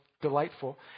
delightful